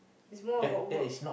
is more about work